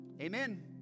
Amen